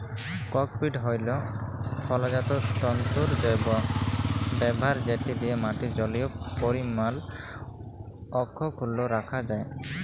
cocopeat হ্যইল ফলজাত তল্তুর জৈব ব্যাভার যেট দিঁয়ে মাটির জলীয় পরিমাল অখ্খুল্ল রাখা যায়